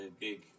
big